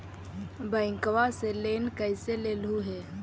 बैंकवा से लेन कैसे लेलहू हे?